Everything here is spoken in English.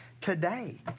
today